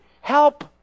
help